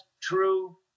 true